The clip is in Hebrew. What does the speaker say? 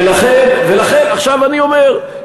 ולכן עכשיו אני אומר,